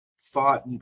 thought